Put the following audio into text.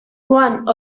one